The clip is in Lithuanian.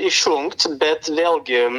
išjungt bet vėlgi